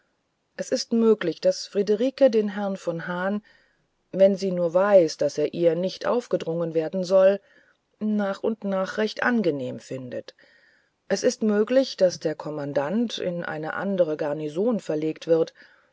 es ist möglich daß friederike den herrn von hahn wenn sie nur weiß daß er ihr nicht aufgedrungen werden soll nach und nach recht angenehm findet es ist möglich daß der kommandant in eine andere garnison verlegt wird